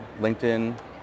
LinkedIn